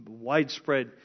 widespread